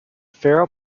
feral